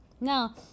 Now